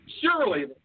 surely